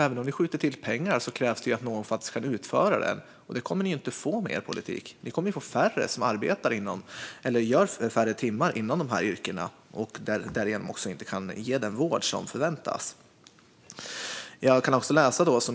Även om ni skjuter till pengar krävs det att någon ska utföra vården. Det kommer ni inte att få med er politik. Det kommer att bli färre timmar inom de yrkena, och man kan därigenom inte ge den vård som förväntas.